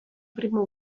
primo